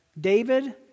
David